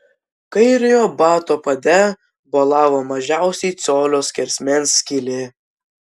kairiojo bato pade bolavo mažiausiai colio skersmens skylė